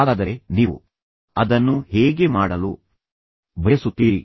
ಹಾಗಾದರೆ ನೀವು ಅದನ್ನು ಹೇಗೆ ಮಾಡಲು ಬಯಸುತ್ತೀರಿ